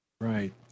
Right